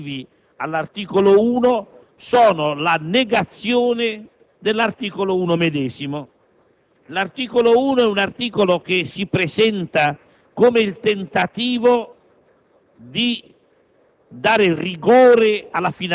perché tutti gli articoli successivi all'articolo 1 sono la negazione dell'articolo 1 medesimo. L'articolo 1, infatti, si presenta come il tentativo